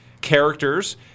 characters